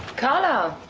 carla